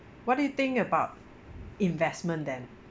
what do you think about investment then